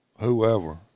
whoever